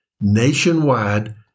Nationwide